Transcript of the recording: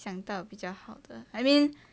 想到比较好的 I mean